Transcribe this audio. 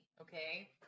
Okay